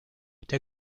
der